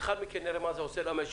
לאחר מכן נראה מה זה עושה במשק,